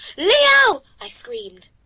leo! i screamed,